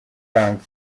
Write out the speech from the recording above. tang